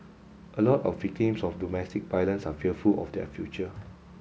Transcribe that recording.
a lot of victims of domestic violence are fearful of their future